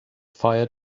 fire